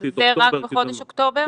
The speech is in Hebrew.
זה רק בחודש אוקטובר?